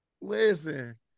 listen